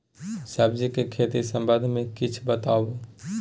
सब्जी के खेती के संबंध मे किछ बताबू?